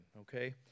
okay